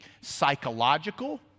psychological